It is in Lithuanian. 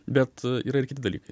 bet yra ir kiti dalykai